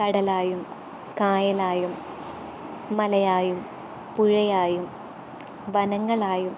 കടലായും കായലായും മലയായും പുഴയായും വനങ്ങളായും